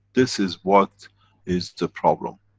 this is what is the problem.